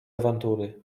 awantury